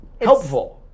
Helpful